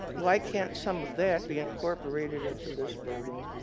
why can't some of that be incorporated into this building?